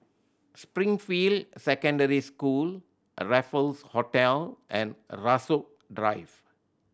Springfield Secondary School Raffle Hotel and Rasok Drive